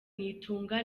nitunga